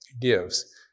gives